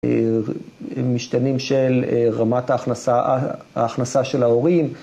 משתנים של רמת ההכנסה של ההורים.